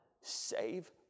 save